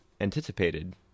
anticipated